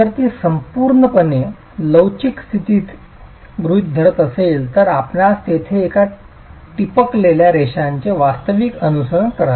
जर ती पूर्णपणे लवचिक स्थिती गृहीत धरत असेल तर आपल्यास तेथे त्या ठिपकलेल्या रेषांचे वास्तविक अनुसरण कराल